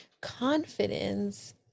Confidence